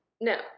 No